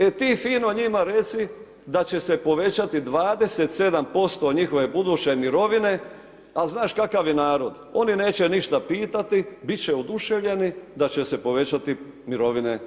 E ti fino njima reci da će povećati 27% njihove buduće mirovine, al, znaš kakav je narod, oni neće ništa pitati, biti će oduševljeni da će se povećati mirovine 27%